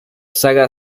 saga